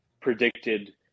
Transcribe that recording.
predicted